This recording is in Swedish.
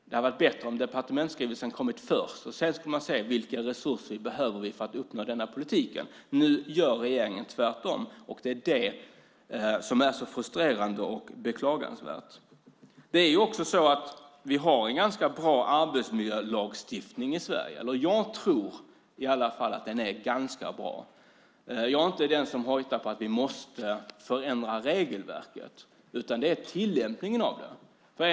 Det hade varit bättre om departementsskrivelsen hade kommit först och att man sedan sett vilka resurser som behövs för att uppnå denna politik. Nu gör regeringen tvärtom, och det är det som är så frustrerande och beklagansvärt. Vi har en ganska bra arbetsmiljölagstiftning i Sverige. Jag tror i alla fall att den är ganska bra. Jag är inte den som hojtar om att vi måste förändra regelverket, utan det är tillämpningen av det som måste förändras.